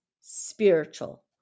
spiritual